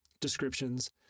descriptions